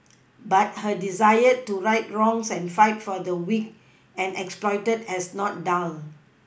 but her desire to right wrongs and fight for the weak and exploited has not dulled